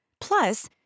Plus